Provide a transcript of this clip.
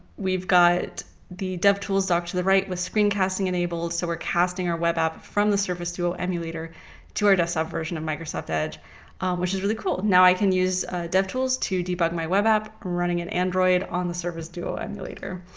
we've got the devtools doc to the right with screen-casting enabled so we're casting our web app from the surface duo emulator to our desktop version of microsoft edge which is really cool. now i can use devtools to debug my web app. i'm running an android on the surface duo emulator.